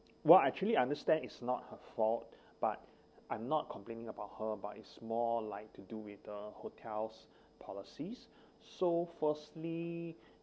what I actually understand is not her fault but I'm not complaining about her but it's more like to do with the hotel's policies so firstly